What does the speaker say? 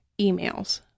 emails